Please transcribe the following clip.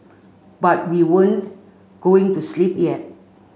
but we weren't going to sleep yet